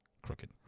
Crooked